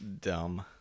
Dumb